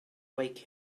wake